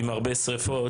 עם הרבה שריפות,